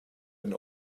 and